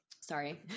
sorry